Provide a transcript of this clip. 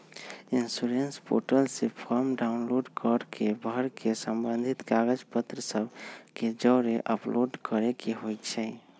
insurance portal से form download कऽ के भर के संबंधित कागज पत्र सभ के जौरे अपलोड करेके होइ छइ